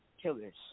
Killers